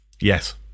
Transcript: Yes